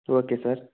okay sir